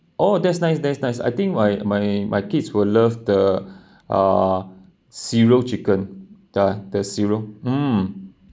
oh that's nice that's nice I think my my my kids will love the uh cereal chicken ya the cereal mm